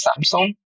Samsung